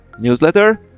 newsletter